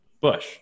Bush